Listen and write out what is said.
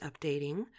updating